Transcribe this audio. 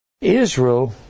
Israel